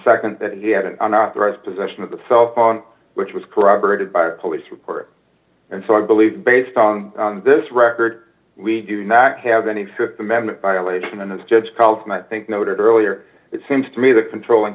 and nd that he had an unauthorized possession of the cell phone which was corroborated by a police report and so i believe based on this record we do not have any th amendment violation and this judge calls and i think noted earlier it seems to me the controlling